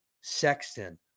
Sexton